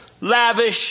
lavish